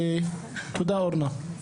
תודה אורנה.